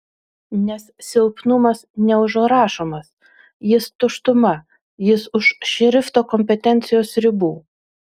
nes silpnumas neužrašomas jis tuštuma jis už šrifto kompetencijos ribų